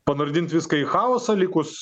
panardint viską į chaosą likus